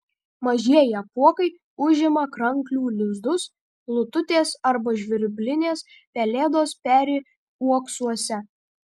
mažieji apuokai užima kranklių lizdus lututės arba žvirblinės pelėdos peri uoksuose